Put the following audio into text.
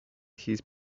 his